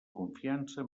confiança